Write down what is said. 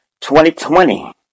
2020